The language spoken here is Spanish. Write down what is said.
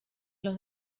los